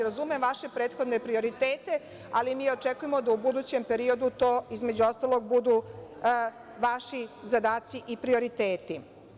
Razumem vaše prethodne prioritete, ali mi očekujemo da u budućem periodu to, između ostalog, budu vaši zadaci i prioriteti.